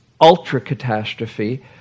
ultra-catastrophe